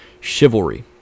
chivalry